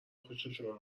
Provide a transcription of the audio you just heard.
خوششون